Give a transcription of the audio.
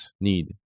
need